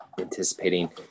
anticipating